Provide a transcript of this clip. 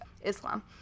Islam